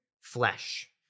flesh